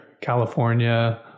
California